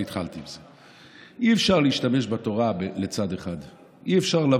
והתחלתי עם זה: אי-אפשר להשתמש בתורה לצד אחד.